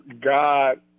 God